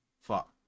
Fuck